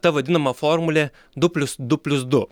ta vadinama formulė du plius du plius du